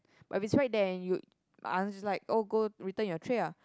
but if it's right there and you ask like oh go return your tray ah